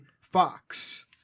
Fox